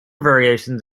variations